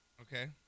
Okay